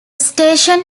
station